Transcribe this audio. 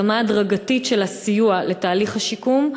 והתאמה הדרגתית של הסיוע לתהליך השיקום,